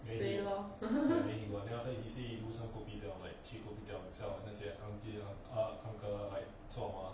say lor then after you easy 一路上 computer on like cheaper without self 那些 aunty or uncle like saw